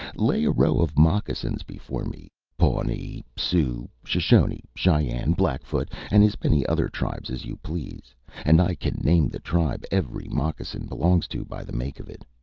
lay a row of moccasins before me pawnee, sioux, shoshone, cheyenne, blackfoot, and as many other tribes as you please and i can name the tribe every moccasin belongs to by the make of it.